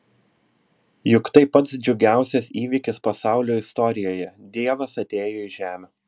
juk tai pats džiugiausias įvykis pasaulio istorijoje dievas atėjo į žemę